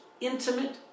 intimate